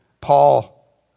Paul